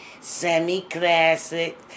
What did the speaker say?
semi-classic